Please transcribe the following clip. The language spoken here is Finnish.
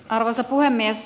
arvoisa puhemies